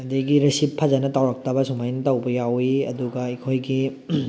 ꯑꯗꯒꯤ ꯔꯤꯁꯤꯞ ꯐꯖꯅ ꯇꯧꯔꯛꯇꯕ ꯁꯨꯃꯥꯏꯅ ꯇꯧꯕ ꯌꯥꯎꯋꯤ ꯑꯗꯨꯒ ꯑꯩꯈꯣꯏꯒꯤ